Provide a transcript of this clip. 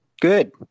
Good